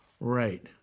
Right